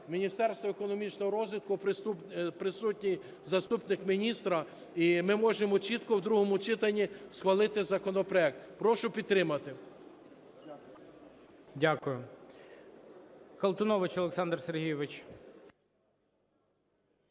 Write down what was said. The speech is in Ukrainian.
Міністерства економічного розвитку присутній заступник міністра, і ми можемо чітко в другому читанні схвалити законопроект. Прошу підтримати.